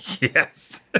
Yes